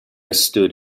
stood